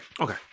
Okay